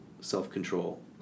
self-control